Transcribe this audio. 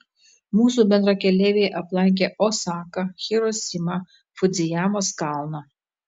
mūsų bendrakeleiviai aplankė osaką hirosimą fudzijamos kalną